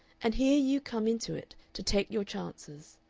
and here you come into it to take your chances.